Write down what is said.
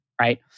right